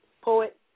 poet